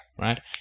right